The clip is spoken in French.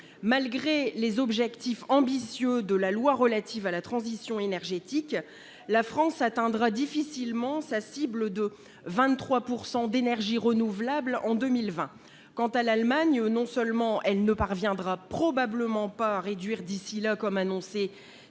Malgré les objectifs ambitieux de la loi de transition énergétique, la France atteindra difficilement sa cible de 23 % d'énergies renouvelables en 2020. Quant à l'Allemagne, non seulement elle ne parviendra probablement pas à réduire d'ici là, comme annoncé,